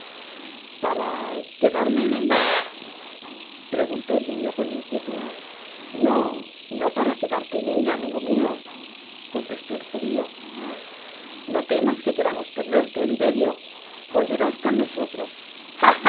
para que dar me en ella preguntó el niño con inquietud no no para quedarte en ella amigo mio contestó el judiono lemas que queramos perderle oliverio volverás á nosotros